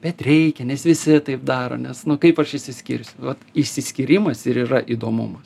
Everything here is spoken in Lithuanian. bet reikia nes visi taip daro nes nu kaip aš išsiskirsiu vat išsiskyrimas ir yra įdomumas